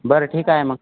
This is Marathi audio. बरं ठीक आहे मग